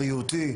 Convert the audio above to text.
בריאותי,